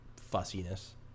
fussiness